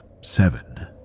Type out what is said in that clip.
seven